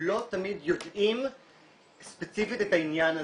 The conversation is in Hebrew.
לא תמיד יודעים ספציפית את העניין הזה,